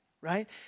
right